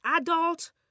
adult